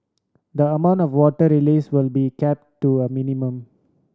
the amount of water release will be kept to a minimum